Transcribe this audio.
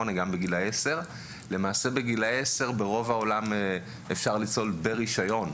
בגילאי שמונה ובגילאי 10. בגילאי 10 אפשר לצלול ברוב העולם ברישיון,